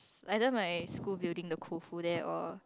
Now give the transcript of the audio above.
it's either my school building the Koufu there or